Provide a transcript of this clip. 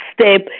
step